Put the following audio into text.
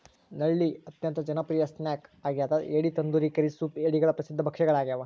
ನಳ್ಳಿ ಅತ್ಯಂತ ಜನಪ್ರಿಯ ಸ್ನ್ಯಾಕ್ ಆಗ್ಯದ ಏಡಿ ತಂದೂರಿ ಕರಿ ಸೂಪ್ ಏಡಿಗಳ ಪ್ರಸಿದ್ಧ ಭಕ್ಷ್ಯಗಳಾಗ್ಯವ